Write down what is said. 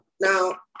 Now